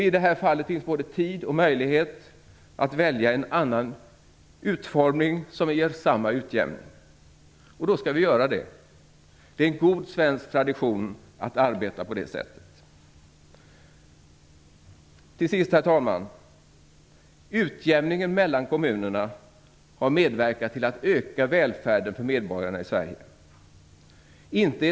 I det här fallet finns både tid och möjlighet att välja en annan utformning som ger samma utjämning, och då skall vi göra det. Det är en god svensk tradition att arbeta på det sättet. Herr talman! Till sist: Utjämningen mellan kommunerna har medverkat till att öka välfärden för medborgarna i Sverige.